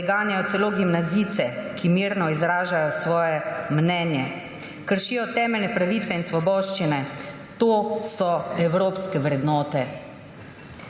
preganjajo celo gimnazijce, ki mirno izražajo svoje mnenje, kršijo temeljne pravice in svoboščine. To so evropske vrednote.